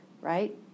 right